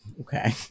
okay